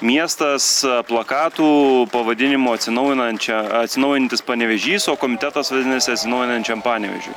miestas plakatų pavadinimu atsinaujinančią atsinaujinantis panevėžys o komitetas vadinasi atsinaujinančiam panevėžiui